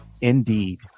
indeed